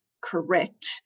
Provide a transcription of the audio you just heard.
correct